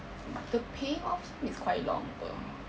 but the paying off is quite long [pe]